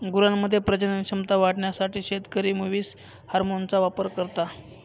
गुरांमध्ये प्रजनन क्षमता वाढवण्यासाठी शेतकरी मुवीस हार्मोनचा वापर करता